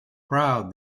proud